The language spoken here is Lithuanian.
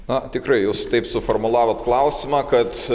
na tikrai jūs taip suformulavot klausimą kad